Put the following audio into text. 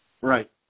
right